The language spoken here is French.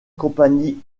compagnie